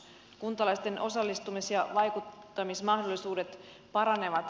kuntalaisten osallistumis ja vaikuttamismahdollisuudet paranevat